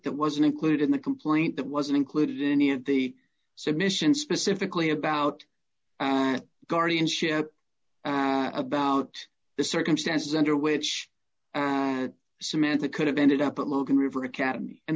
that wasn't included in the complaint that wasn't included in any of the submissions specifically about guardianship about the circumstances under which samantha could have ended up at logan river academy and